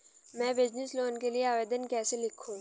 मैं business loan के लिए आवेदन कैसे लिखूँ?